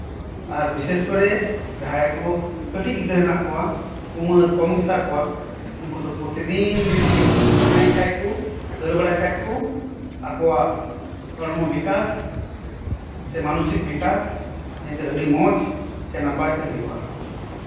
ᱟᱨ ᱵᱤᱥᱮᱥ ᱠᱚᱨᱮ ᱡᱟᱦᱟᱸᱭ ᱠᱚ ᱠᱟᱹᱴᱤᱡ ᱜᱤᱫᱽᱨᱟᱹ ᱦᱮᱱᱟᱜ ᱠᱚᱣᱟ ᱩᱢᱮᱹᱨ ᱠᱚᱢ ᱜᱮᱛᱟ ᱠᱚᱣᱟ ᱩᱱᱠᱩ ᱫᱚ ᱯᱨᱚᱛᱤᱫᱤᱱ ᱡᱚᱫᱤ ᱮᱱᱮᱡ ᱠᱷᱟᱡ ᱠᱚ ᱫᱟᱹᱲ ᱵᱟᱲᱟᱭ ᱠᱷᱟᱡ ᱠᱚ ᱟᱠᱚᱣᱟᱜ ᱦᱚᱲᱢᱚ ᱵᱤᱠᱟᱥ ᱥᱮ ᱢᱟᱱᱥᱤᱠ ᱵᱤᱠᱟᱥ ᱱᱤᱭᱟᱹ ᱫᱚ ᱟᱹᱰᱤ ᱢᱚᱸᱡᱽ ᱥᱮ ᱱᱟᱯᱟᱭ ᱛᱮ ᱦᱳᱭᱳᱜᱼᱟ